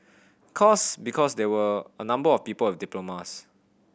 course because there were a number of people with diplomas